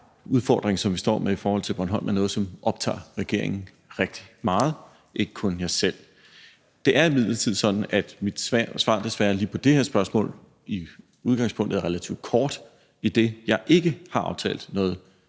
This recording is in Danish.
udfordring, som vi står med i forhold til Bornholm, er noget, som optager regeringen rigtig meget, ikke kun mig selv. Det er imidlertid sådan, at mit svar desværre lige på det her spørgsmål i udgangspunktet er relativt kort, idet jeg ikke har aftalt noget